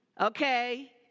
okay